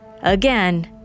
Again